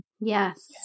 yes